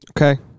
Okay